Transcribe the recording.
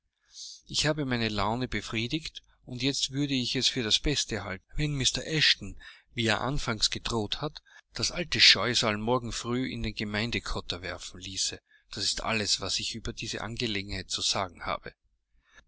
ich habe meine laune befriedigt und jetzt würde ich es für das beste halten wenn mr eshton wie er anfangs gedroht hat das alte scheusal morgen früh in den gemeindekotter werfen ließe das ist alles was ich über diese angelegenheit zu sagen habe